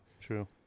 True